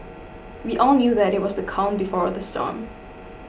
we all knew that it was the calm before the storm